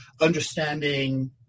understanding